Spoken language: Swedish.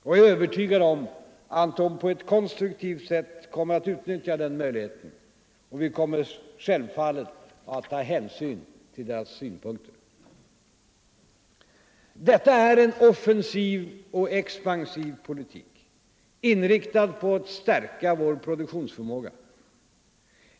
Jag är övertygad om att de på ett konstruktivt sätt kommer att utnyttja den möjligheten, och vi kommer självfallet att ta hänsyn till deras synpunkter. Detta är en offensiv och expansiv politik, inriktad på att stärka vår produktionsförmåga.